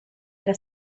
era